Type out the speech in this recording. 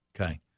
Okay